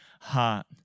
heart